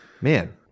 Man